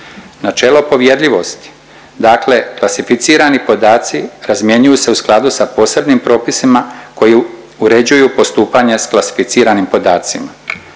Načelo povjerljivosti, dakle klasificirani podaci razmjenjuju se u skladu sa posebnim propisima koji uređuju postupanja s klasificiranim podacima.